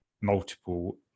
multiple